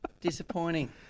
disappointing